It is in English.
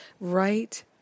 right